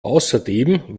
außerdem